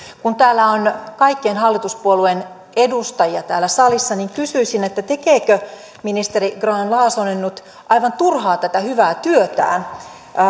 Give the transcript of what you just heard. kun täällä salissa on kaikkien hallituspuolueiden edustajia niin kysyisin tekeekö ministeri grahn laasonen nyt aivan turhaan tätä hyvää työtään